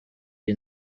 iyi